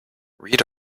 read